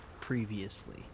previously